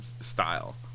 style